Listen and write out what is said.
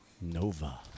Nova